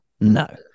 No